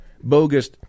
bogus